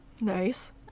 Nice